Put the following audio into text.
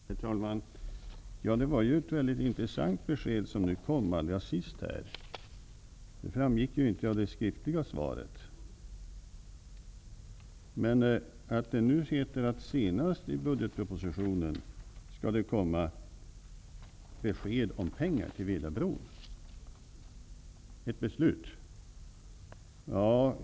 Herr talman! Det var ju ett väldigt intressant besked som nu kom allra sist. Det framgick inte av det skriftliga svaret. Men nu heter det att senast i budgetpropositionen skall det komma beslut om pengar till Vedabron.